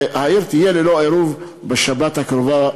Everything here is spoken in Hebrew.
תהיה ללא עירוב בשבת הקרובה.